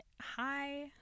hi